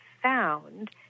Found